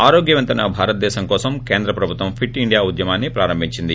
ఆరోగ్య వంతమైన భారతదేశం కోసం కేంద్ర ప్రభుత్వం ఫిట్ ఇండియా ఉద్యమాన్సి ప్రారంభించింది